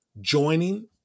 joining